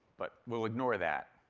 but we'll ignore that.